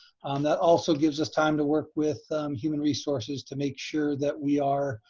that also gives us time to work with human resources to make sure that we are